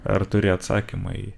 ar turi atsakymą į